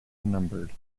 numbered